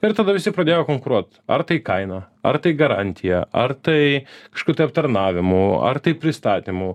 ir tada visi pradėjo konkuruot ar tai kaina ar tai garantija ar tai kažkokiu tai aptarnavimu ar tai pristatymu